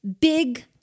big